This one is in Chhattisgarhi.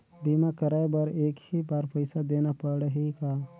बीमा कराय बर एक ही बार पईसा देना पड़ही का?